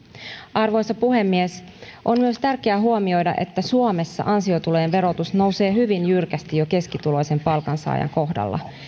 arvoisa puhemies on myös tärkeää huomioida että suomessa ansiotulojen verotus nousee hyvin jyrkästi jo keskituloisen palkansaajan kohdalla